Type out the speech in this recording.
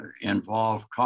involve